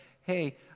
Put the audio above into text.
hey